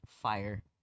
fire